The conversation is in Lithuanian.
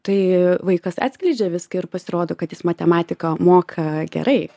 tai vaikas atskleidžia viską ir pasirodo kad jis matematiką moka gerai